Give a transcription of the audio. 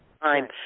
time